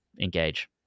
Engage